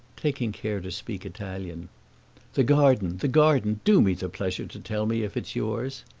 taking care to speak italian the garden, the garden do me the pleasure to tell me if it's yours!